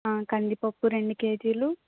కందిపప్పు రెండు కేజీలు